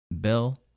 Bill